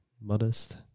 modest